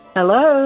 Hello